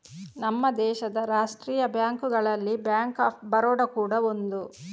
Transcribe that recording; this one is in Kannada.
ನಮ್ಮ ದೇಶದ ರಾಷ್ಟೀಯ ಬ್ಯಾಂಕುಗಳಲ್ಲಿ ಬ್ಯಾಂಕ್ ಆಫ್ ಬರೋಡ ಕೂಡಾ ಒಂದು